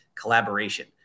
collaboration